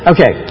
Okay